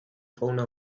fauna